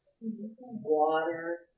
Water